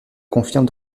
confirme